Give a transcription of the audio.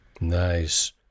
Nice